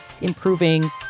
improving